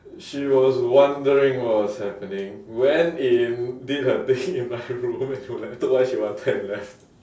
she was wondering what was happening went in did her thing in my room and she will like took what she wanted and left